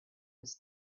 was